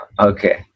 Okay